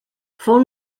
fou